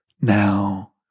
now